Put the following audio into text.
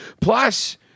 Plus